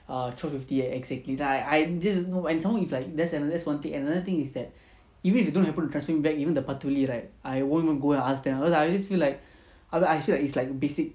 err twelve fifty exactly that I I just you know and somemore if like that's that's one thing and another thing is that even if you don't have to transfer back even the பத்து:paththu right I won't even go and ask them because I just feel like I feel like it's like basic